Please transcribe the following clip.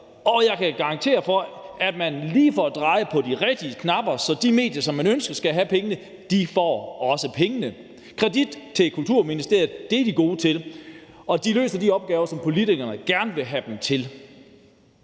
og jeg kan garantere for, at man lige får drejet på de rigtige knapper, så de medier, som man ønsker skal have pengene, også får pengene. Kredit til Kulturministeriet – det er de gode til. Og de løser de opgaver, som politikerne gerne vil have dem til.